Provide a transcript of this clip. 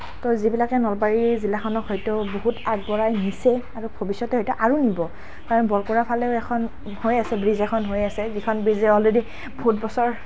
ত' যিবিলাকে নলবাৰী জিলাখনক হয়টো বহুত আগবঢ়াই নিছে আৰু ভৱিষ্যতে হয়তো আৰু নিব কাৰণ বৰপৰা ফালেও এখন হৈ আছে ব্ৰীজ এখন হৈ আছে যিখন ব্ৰীজে অলৰেডি বহুত বছৰ